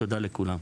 תודה לכולם.